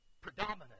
predominant